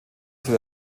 für